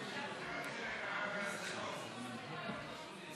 אין נמנעים, אחת, לא אחד.